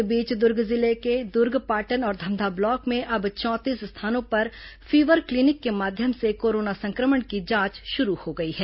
इस बीच दुर्ग जिले के दुर्ग पाटन और धमधा ब्लॉक में अब चौंतीस स्थानों पर फीवर क्लीनिक के माध्यम से कोरोना संक्रमण की जांच शुरू हो गई है